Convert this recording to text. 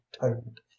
tightened